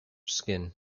skin